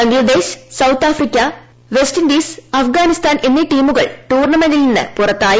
Bangladesh South Africa West Indies Afghanistan എന്നീ ടീമുകൾ ടൂർണമെന്റിൽ നിന്ന് പുറത്തായി